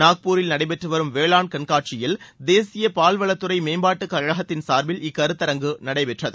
நாக்பூரில் நடைபெற்று வரும் வேளாண் கண்காட்சியில் தேசிய பால்வளத்துறை மேம்பாட்டு கழகத்தின் சார்பில் இக்கருத்தரங்கு நடைபெற்றது